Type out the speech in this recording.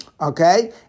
Okay